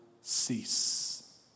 cease